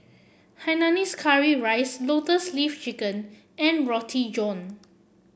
Hainanese Curry Rice Lotus Leaf Chicken and Roti John